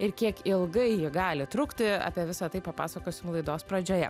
ir kiek ilgai ji gali trukti apie visa tai papasakosim laidos pradžioje